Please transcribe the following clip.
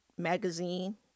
magazine